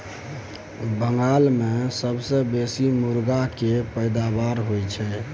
बंगाल मे सबसँ बेसी मुरगा केर पैदाबार होई छै